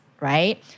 right